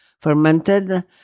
Fermented